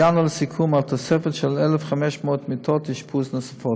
הגענו לסיכום על תוספת של 1,500 מיטות אשפוז נוספות.